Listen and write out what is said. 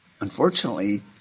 Unfortunately